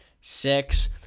Six